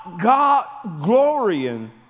God-glorying